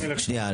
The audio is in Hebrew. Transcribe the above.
שנייה.